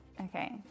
Okay